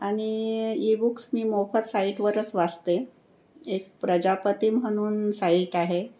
आणि e books मी मोफत साईटवरच वाचते एक प्रजापती म्हणून साईट आहे